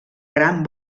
gran